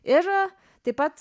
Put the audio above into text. ir taip pat